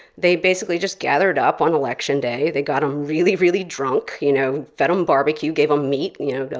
they basically just gathered up on election day. they got em really, really drunk, you know, fed them um barbecue, gave them meat, you know,